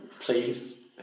Please